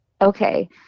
Okay